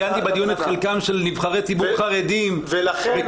ציינתי בדיון את חלקם של נבחרי ציבור חרדים וקידום